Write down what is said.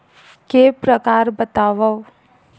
के प्रकार बतावव?